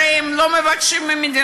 הרי הם לא מבקשים מהמדינה,